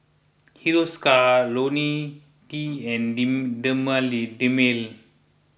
Hiruscar Ionil T and Dermale